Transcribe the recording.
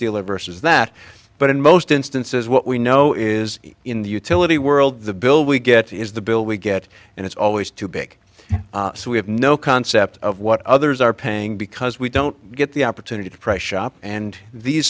dealer versus that but in most instances what we know is in the utility world the bill we get is the bill we get and it's always too big so we have no concept of what others are paying because we don't get the opportunity to pry shop and these